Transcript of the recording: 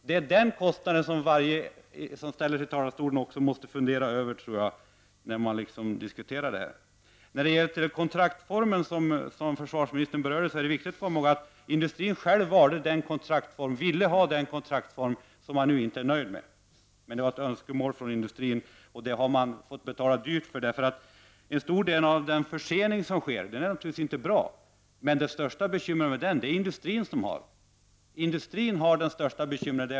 Det är den kostnaden som var och en som ställer sig i talarstolen också måste fundera över när man diskuterar denna fråga. När det gäller kontraktsformen, som försvarsministern berörde, är det viktigt att komma ihåg att industrin själv ville ha den kontraktsform som den nu inte är nöjd med. Detta var emellertid ett önskemål från industrin, och det har den fått betala dyrt för. En stor del av den försening som sker är naturligtvis inte bra, men det största bekymret med förseningen har ju industrin. Industrin har det största bekymret!